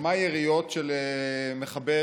שמע יריות של מחבל,